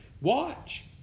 Watch